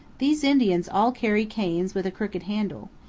these indians all carry canes with a crooked handle,